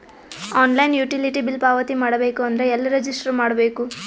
Online utility bill ಪಾವತಿ ಮಾಡಬೇಕು ಅಂದ್ರ ಎಲ್ಲ ರಜಿಸ್ಟರ್ ಮಾಡ್ಬೇಕು?